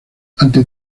ante